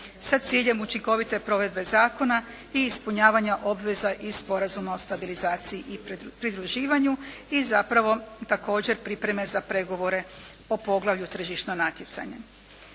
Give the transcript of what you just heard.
sa ciljem učinkovite provedbe zakona i ispunjavanja obveza i Sporazuma o stabilizaciji i pridruživanju i zapravo također pripreme za pregovore o poglavlju tržišno natjecanje.